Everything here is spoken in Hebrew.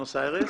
בבואנוס איירס.